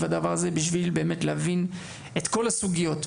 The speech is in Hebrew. הדבר הזה בשביל באמת להבין את כל הסוגיות.